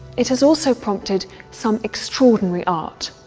it has also prompted some extraordinary art.